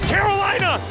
Carolina